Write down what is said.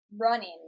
running